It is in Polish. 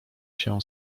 się